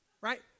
Right